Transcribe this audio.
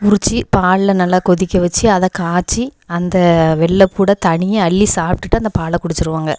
உரித்து பாலில் நல்லா கொதிக்க வெச்சு அதை காய்ச்சி அந்த வெள்ளைப்புட தனியாக அள்ளி சாப்பிட்டுட்டு அந்த பாலை குடிச்சுருவாங்க